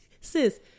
Sis